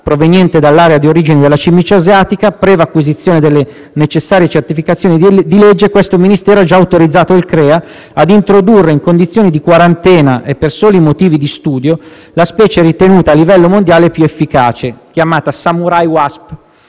provenienti dall'area di origine della cimice asiatica - previa acquisizione delle necessarie certificazioni di legge - questo Ministero ha già autorizzato il CREA ad introdurre, in condizioni di quarantena e per soli motivi di studio, la specie ritenuta a livello mondiale più efficace, chiamata samurai wasp,